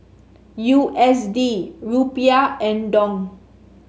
U S D Rupiah and Dong